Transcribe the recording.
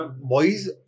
boys